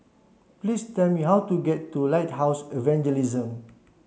please tell me how to get to Lighthouse Evangelism